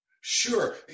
Sure